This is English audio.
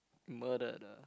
murder the